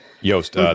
Yost